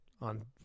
on